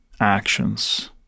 actions